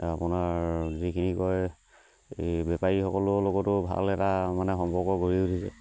আপোনাৰ যিখিনি কয় এই বেপাৰীসকলৰ লগতো ভাল এটা মানে সম্পৰ্ক গঢ়ি উঠিছে